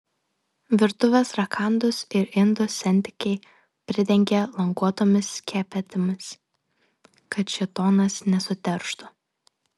virtuvės rakandus ir indus sentikiai pridengia languotomis skepetomis kad šėtonas nesuterštų